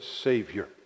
Savior